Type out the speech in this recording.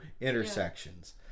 intersections